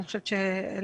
אני חושבת שאלה